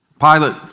Pilate